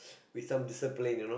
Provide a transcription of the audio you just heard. with some discipline you know